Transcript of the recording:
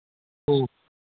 ᱦᱮᱸ